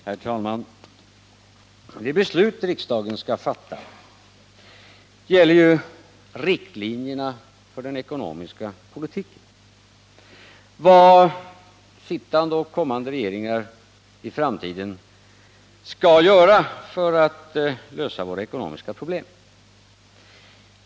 Herr talman! Det beslut riksdagen skall fatta gäller ju riktlinjerna för den ekonomiska politiken, vad sittande och kommande regeringar i framtiden skall göra för att lösa våra ekonomiska problem.